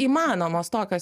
įmanomos tokios